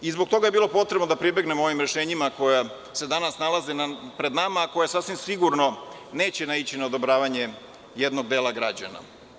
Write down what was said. Zbog toga je bilo potrebno da pribegnemo ovim rešenjima koja se danas nalaze pred nama, koja sasvim sigurno neće naići na odobravanje jednog dela građana.